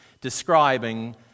describing